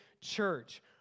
church